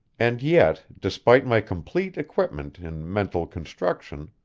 and yet, despite my complete equipment in mental construction,